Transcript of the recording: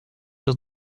does